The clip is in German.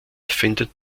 findet